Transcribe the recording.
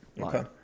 Okay